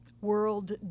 world